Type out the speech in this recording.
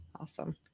Awesome